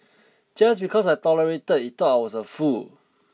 just because I tolerated he thought I was a fool